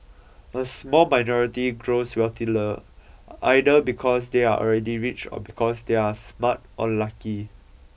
a small minority grows wealthier either because they are already rich or because they are smart or lucky